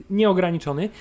nieograniczony